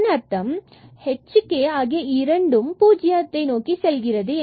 இதன் அர்த்தம் ஆகிய h 0 and k0 இரண்டும் இந்த பண்பை பெற்றுள்ளது